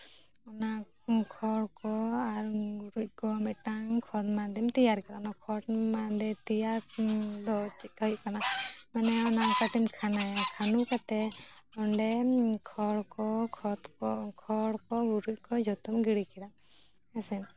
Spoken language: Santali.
ᱚᱱᱟ ᱠᱷᱚᱲ ᱠᱚ ᱟᱨ ᱜᱩᱨᱤᱡ ᱠᱚ ᱢᱤᱫᱴᱟᱝ ᱠᱷᱚᱫ ᱢᱟᱫᱮᱢ ᱛᱮᱭᱟᱨ ᱠᱟᱫᱟ ᱚᱱᱟ ᱠᱷᱚᱫ ᱢᱟᱫᱮ ᱛᱮᱭᱟᱨ ᱫᱚ ᱪᱮᱫᱠᱟ ᱦᱩᱭᱩᱜ ᱠᱟᱱᱟ ᱢᱟᱱᱮ ᱚᱱᱟ ᱠᱟᱹᱴᱤᱡ ᱮᱢ ᱠᱷᱟᱱᱟᱭᱟ ᱠᱷᱟᱱᱟ ᱠᱟᱛᱮ ᱚᱸᱰᱮ ᱠᱷᱚᱲ ᱠᱚ ᱠᱷᱚᱛ ᱠᱚ ᱠᱷᱚᱲᱠᱚ ᱜᱩᱨᱤᱡ ᱠᱚ ᱡᱚᱛᱚᱢ ᱜᱤᱲᱤ ᱠᱮᱫᱟ ᱦᱮᱸᱥᱮ